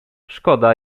szkoda